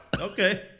Okay